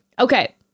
Okay